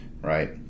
Right